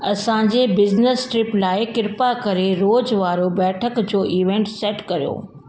असांजे business trip लाइ कृपा करे रोज़ु वारो बैठकु जो इवेंट सेट कयो